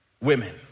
women